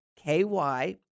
K-Y